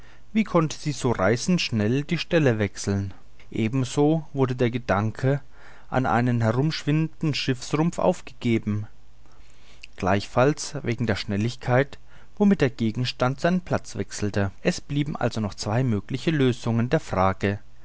wie konnte sie so reißend schnell die stelle wechseln ebenso wurde der gedanke an einen herumschwimmenden schiffsrumpf aufgegeben gleichfalls wegen der schnelligkeit womit der gegenstand seinen platz wechselte es blieben also noch zwei mögliche lösungen der frage